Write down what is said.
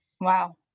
Wow